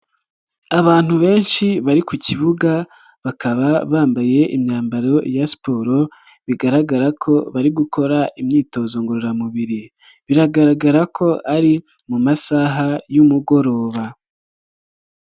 Abantu benshi bari ku kibuga bakaba bambaye imyambaro ya siporo bigaragara ko bari gukora imyitozo ngororamubiri, biragaragara ko ari mu masaha y'umugoroba.